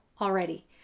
already